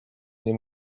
nie